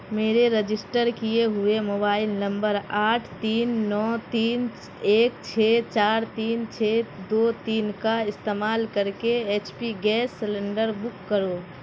میرے رجسٹر کیے ہوئے موبائل نمبر آٹھ تین نو تین ایک چھ چار تین چھ دو تین کا استعمال کر کے H P gas cylinder book کرو